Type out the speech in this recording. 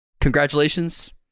congratulations